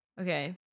Okay